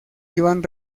iban